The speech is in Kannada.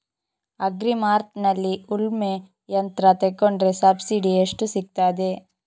ಅಗ್ರಿ ಮಾರ್ಟ್ನಲ್ಲಿ ಉಳ್ಮೆ ಯಂತ್ರ ತೆಕೊಂಡ್ರೆ ಸಬ್ಸಿಡಿ ಎಷ್ಟು ಸಿಕ್ತಾದೆ?